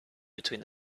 between